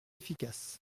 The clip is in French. efficaces